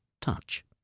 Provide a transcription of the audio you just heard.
touch